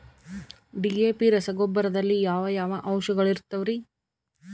DAP ರಸಗೊಬ್ಬರದಲ್ಲಿ ಯಾವ ಯಾವ ಅಂಶಗಳಿರುತ್ತವರಿ?